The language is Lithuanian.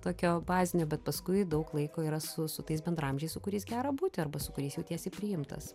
tokio bazinio bet paskui daug laiko yra su su tais bendraamžiais su kuriais gera būti arba su kuriais jautiesi priimtas